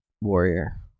warrior